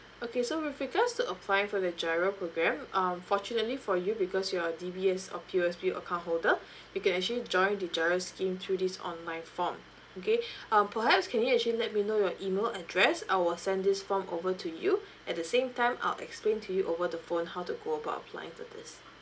okay so with regards to applying for the giro program um fortunately for you because you're a D_B_S or P_O_S_B account holder you can actually join the giro scheme through this online form okay um perhaps can you actually let me know your email address I will send this form over to you at the same time I'll explain to you over the phone how to go about applying to this